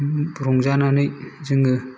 रंजानानै जोङो